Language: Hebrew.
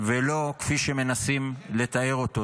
ולא כפי שמנסים לתאר אותו.